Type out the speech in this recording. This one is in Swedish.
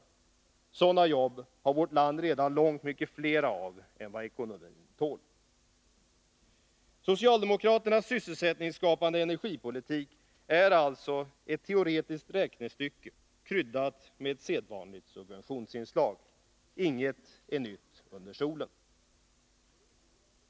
Av sådana jobb har vårt land redan avsevärt mycket fler än vad ekonomin tål. Socialdemokraternas sysselsättningsskapande energipolitik är alltså ett teoretiskt räknestycke kryddat med ett sedvanligt subventionsinslag. Inget är nytt under solen.